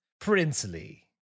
Princely